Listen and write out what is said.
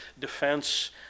defense